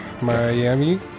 Miami